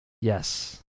Yes